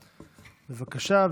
בבקשה,